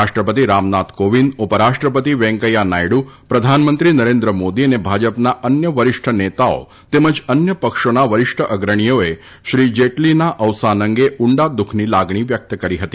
રાષ્ટ્રપતિ રામનાથ કોવિંદ ઉપરાષ્ટ્રપતિ વૈકેયા નાથડુ પ્રધાનમંત્રી નરેન્દ્ર મોદી અને ભાજપના અન્ય વરિષ્ઠ નેતાઓ તેમજ અન્ય પક્ષોના વરિષ્ઠ અગ્રણીઓએ શ્રી જેટલીના અવસાન અંગે ઉંડા દુઃખની લાગણી વ્યક્ત કરી હતી